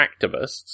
activists